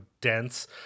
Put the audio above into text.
dense